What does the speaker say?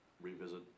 revisit